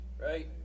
Right